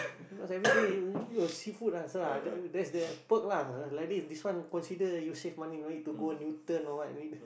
because everyday you you seafood ah so uh that's the perk lah like this this one consider you save money you know no need to go Newton or what